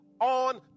on